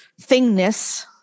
thingness